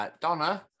Donna